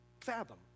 fathom